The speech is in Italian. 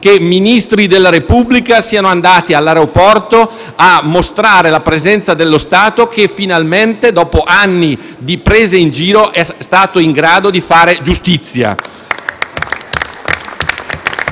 che Ministri della Repubblica si siano recati in aeroporto per mostrare la presenza dello Stato che, finalmente, dopo anni di prese in giro, è stato in grado di fare giustizia.